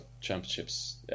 Championships